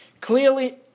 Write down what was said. Clearly